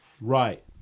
Right